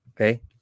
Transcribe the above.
Okay